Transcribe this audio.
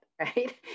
right